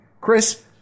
Chris